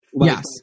Yes